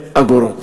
אגורות.